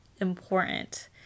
important